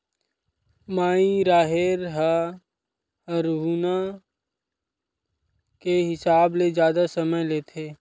माई राहेर ह हरूना के हिसाब ले जादा समय लेथे